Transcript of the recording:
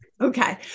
Okay